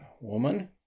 woman